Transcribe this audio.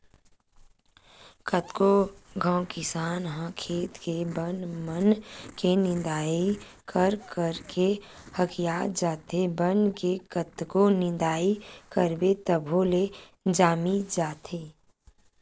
कतको घांव किसान ह खेत के बन मन के निंदई कर करके हकिया जाथे, बन के कतको निंदई करबे तभो ले जामी जाथे